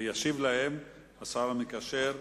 ישיב להם השר המקשר,